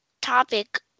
topic